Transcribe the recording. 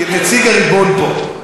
נציג הריבון פה.